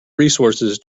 resources